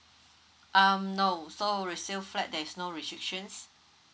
um no so resale flat there is no restrictions